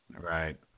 Right